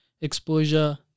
exposure